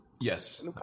Yes